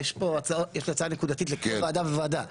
יש לי הצעה נקודתית לכל ועדה וועדה.